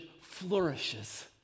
flourishes